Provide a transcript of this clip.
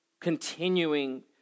Continuing